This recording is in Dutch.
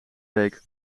week